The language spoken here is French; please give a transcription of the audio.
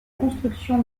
construction